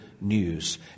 news